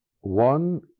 One